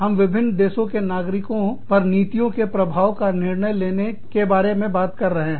हम विभिन्न देशों के नागरिकों पर नीतियों के प्रभाव का निर्णय लेने के बारे में बात करते हैं